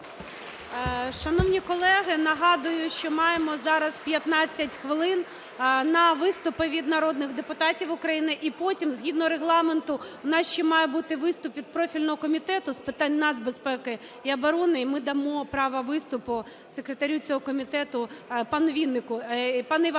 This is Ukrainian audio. Шановні колеги, нагадую, що маємо зараз 15 хвилин на виступи від народних депутатів України, і потім згідно Регламенту у нас ще має бути виступ від профільного Комітету з питань нацбезпеки і оборони, і ми дамо право виступу секретарю цього комітету пану Віннику. Пане Іване, не